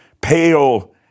pale